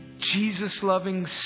Jesus-loving